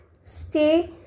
stay